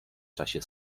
czasie